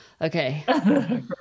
Okay